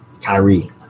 Kyrie